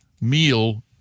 meal